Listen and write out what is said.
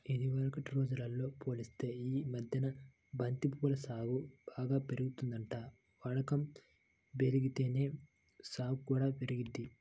ఇదివరకటి రోజుల్తో పోలిత్తే యీ మద్దెన బంతి పూల సాగు బాగా పెరిగిందంట, వాడకం బెరిగితేనే సాగు కూడా పెరిగిద్ది